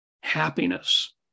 happiness